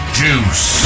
juice